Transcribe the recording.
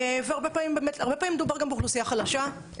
והרבה פעמים מדובר גם באוכלוסייה חלשה,